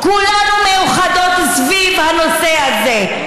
את כולנו מאוחדות סביב הנושא הזה.